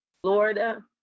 Florida